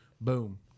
Boom